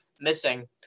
missing